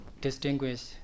distinguish